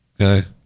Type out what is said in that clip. Okay